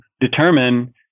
determine